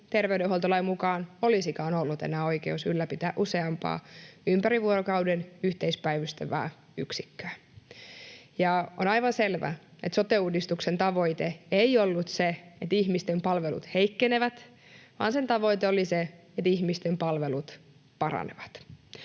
terveydenhuoltolain mukaan olisikaan ollut enää oikeutta ylläpitää useampaa ympäri vuorokauden yhteispäivystävää yksikköä. On aivan selvää, että sote-uudistuksen tavoite ei ollut se, että ihmisten palvelut heikkenevät, vaan sen tavoite oli se, että ihmisten palvelut paranevat.